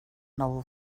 novel